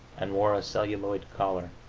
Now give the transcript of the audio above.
and wore a celluloid collar.